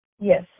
yes